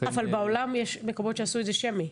אבל בעולם יש מקומות שעשו את זה שמי.